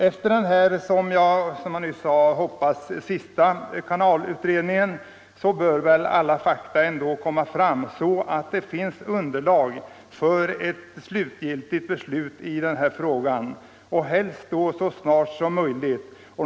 Efter denna, som jag hoppas, sista kanalutredning bör väl alla fakta ha kommit fram, så att det finns underlag för ett beslut i frågan, helst så snart som möjligt.